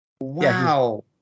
Wow